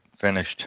finished